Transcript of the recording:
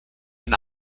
and